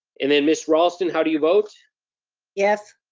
and then miss raulston, how do you vote yes.